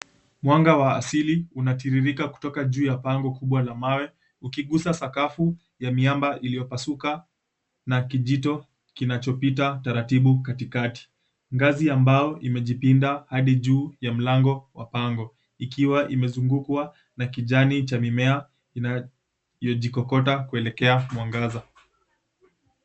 Mwanga wa asili unatiririka kutoka juu ya pango kubwa la mawe ukiguza sakafu ya miamba iliyo pasuka na kijito kinachopita taratibu katikati. Ngazi ya mbao imejipinda hadi juu ya mlango wa pango ikiwa imezungukwa na kijani cha mimea inayojikokota kuelekea mwangaza.